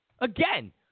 Again